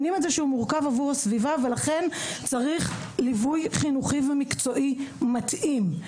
ולכן צריך ליווי חינוכי ומקצועי מתאים.